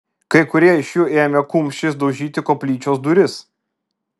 kai kurie iš jų ėmė kumščiais daužyti koplyčios duris